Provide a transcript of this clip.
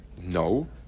no